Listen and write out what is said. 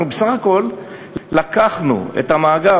אנחנו בסך הכול לקחנו את המאגר,